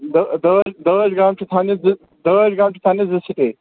دٔ دٲچھ دٲچھ گام چھِ تھَونہِ زٕ دٲچھ گام چھِ تھاونہِ زٕ سِٹے